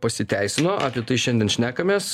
pasiteisino apie tai šiandien šnekamės